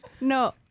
no